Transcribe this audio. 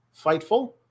Fightful